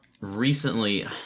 recently